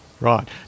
right